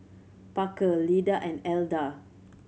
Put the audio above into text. Parker Lyda and Elda